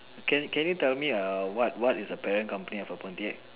can can you tell me err what what is a parent company of a